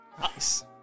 Nice